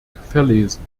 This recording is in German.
verlesen